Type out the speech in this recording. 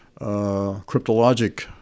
cryptologic